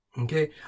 Okay